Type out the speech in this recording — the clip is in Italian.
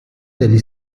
degli